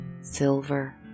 silver